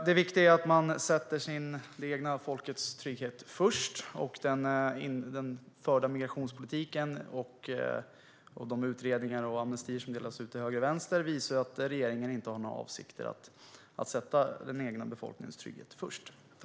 Det viktiga är att sätta det egna folkets trygghet först. Den förda migrationspolitiken och de utredningar och amnestier som delas ut till höger och vänster visar att regeringen inte har några avsikter att sätta den egna befolkningens trygghet först.